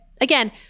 again